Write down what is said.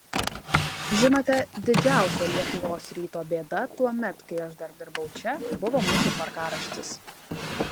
žinote didžiausia lietuvos ryto bėda tuomet kai aš dar dirbau čia buvo mūsų tvarkaraštis